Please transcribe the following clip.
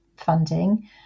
funding